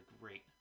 great